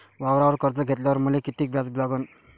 वावरावर कर्ज घेतल्यावर मले कितीक व्याज लागन?